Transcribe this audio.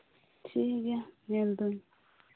ᱴᱷᱤᱠ ᱜᱮᱭᱟ ᱧᱮᱞ ᱫᱟᱹᱧ